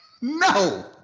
No